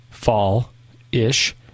fall-ish